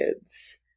kids